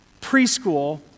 preschool